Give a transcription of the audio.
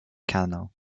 canal